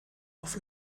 auf